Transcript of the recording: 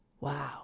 Wow